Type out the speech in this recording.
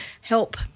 help